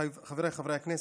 חבריי חברי הכנסת,